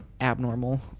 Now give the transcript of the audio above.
abnormal